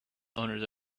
owners